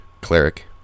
Cleric